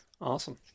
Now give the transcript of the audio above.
awesome